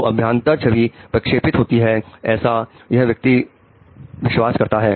तो अभ्यांतर छवि प्रक्षेपित होती है ऐसा यह व्यक्ति विश्वास करता है